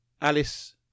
Alice